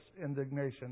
indignation